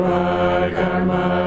Karma